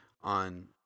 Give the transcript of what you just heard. on